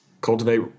cultivate